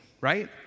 right